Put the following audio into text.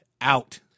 out